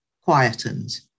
quietened